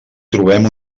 trobem